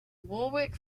warwick